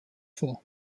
for